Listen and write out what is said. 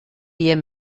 wir